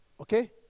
Okay